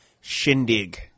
shindig